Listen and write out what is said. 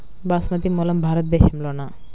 బాస్మతి మూలం భారతదేశంలోనా?